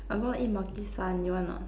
I'm gonna eat Makisan you want or not